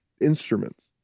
instruments